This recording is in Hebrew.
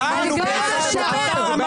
על מה את